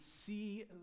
see